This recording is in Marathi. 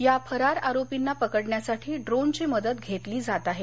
या फरार आरोपींना पकडण्यासाठी ड्रोनची मदत घेत आहेत